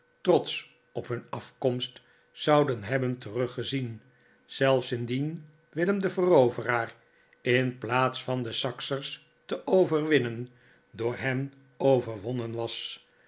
trotsch op hun afkomst zouden hebben teruggezien zelfs indien willem de veroveraar in plaats van de saksers te overwinnen door hen overwonnen was